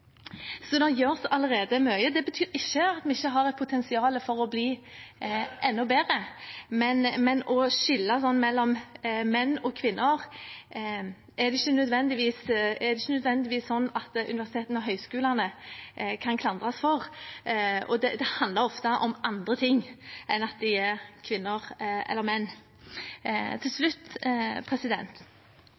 Så det gjøres allerede mye. Det betyr ikke at vi ikke har et potensial for å bli enda bedre. Men når det gjelder det å skille mellom menn og kvinner, er det ikke nødvendigvis sånn at universitetene og høyskolene kan klandres for det – det handler ofte om andre ting enn om at de er kvinner eller menn. Til slutt